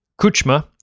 Kuchma